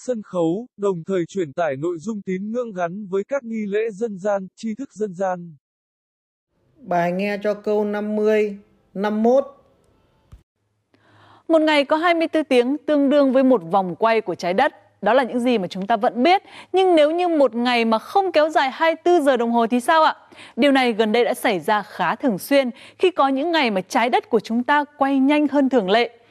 sân khấu, đồng thời truyền tải nội dung tín ngưỡng gắn với các nghi lễ dân gian, tri thức dân gian. Bài nghe cho câu 50, 51. Một ngày có 24 tiếng tương đương với một vòng quay của trái đất. Đó là những gì mà chúng ta vẫn biết. Nhưng nếu như một ngày mà không kéo dài 24 giờ đồng hồ thì sao ạ? Điều này gần đây đã xảy ra khá thường xuyên khi có những ngày mà trái đất của chúng ta quay nhanh hơn thường lệ.